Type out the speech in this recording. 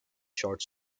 short